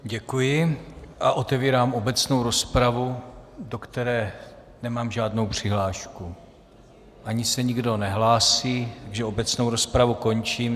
Děkuji a otevírám obecnou rozpravu, do které nemám žádnou přihlášku a ani se nikdo nehlásí, takže obecnou rozpravu končím.